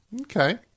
Okay